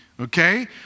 okay